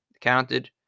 counted